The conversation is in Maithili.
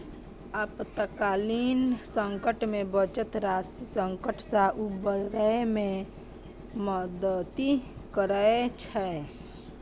आपातकालीन संकट मे बचत राशि संकट सं उबरै मे मदति करै छै